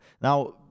Now